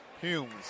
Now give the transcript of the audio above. Humes